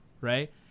right